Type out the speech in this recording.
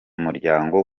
muryango